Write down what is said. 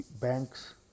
banks